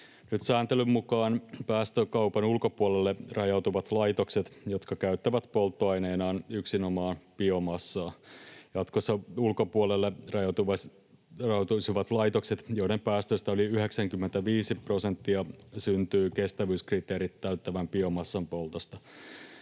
sääntelyn mukaan päästökaupan ulkopuolelle rajautuvat laitokset, jotka käyttävät polttoaineenaan yksinomaan biomassaa. Jatkossa ulkopuolelle rajautuisivat laitokset, joiden päästöistä yli 95 prosenttia syntyy kestävyyskriteerit täyttävän biomassan poltosta.